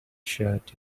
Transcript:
shirt